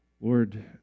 Lord